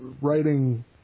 writing